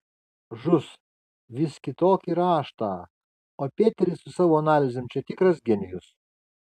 žus vis kitokį raštą o peteris su savo analizėm čia tikras genijus